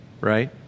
Right